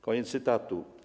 Koniec cytatu.